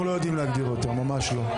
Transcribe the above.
אנחנו לא יודעים להגדיר אותה, ממש לא.